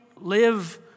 Live